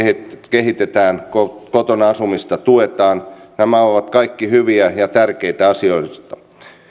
kehitetään ja kotona asumista tuetaan nämä ovat kaikki hyviä ja tärkeitä asioita